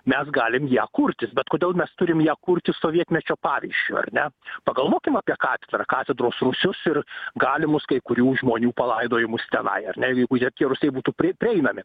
mes galim ją kurtis bet kodėl mes turim ją kurti sovietmečio pavyzdžiu ar ne pagalvokim apie katedrą katedros rūsius ir galimus kai kurių žmonių palaidojimus tenai ar ne ir jeigu tie rūsiai būtų pri prieinami